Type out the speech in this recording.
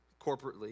corporately